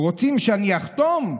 רוצים שאני אחתום?